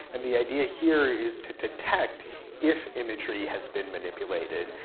and the idea here is to detect if imagery has been manipulated.